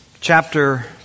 chapter